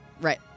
right